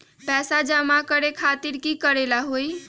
पैसा जमा करे खातीर की करेला होई?